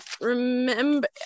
remember